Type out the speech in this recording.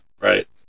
right